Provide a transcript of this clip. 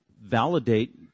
validate